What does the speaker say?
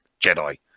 Jedi